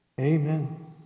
Amen